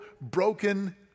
broken